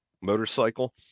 motorcycle